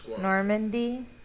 Normandy